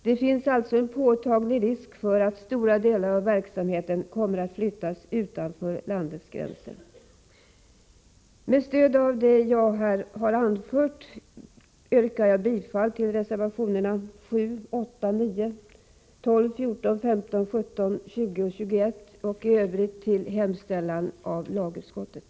Det finns alltså en påtaglig risk för att stora delar av verksamheten kommer att flyttas utanför vårt lands gränser. Med stöd av vad jag här har anfört yrkar jag bifall till reservationerna 7, 8, 9, 12, 14, 15, 17, 20 och 21, och i övrigt till lagutskottets hemställan.